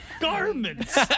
Garments